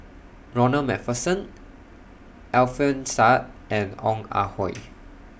Ronald MacPherson Alfian Sa'at and Ong Ah Hoi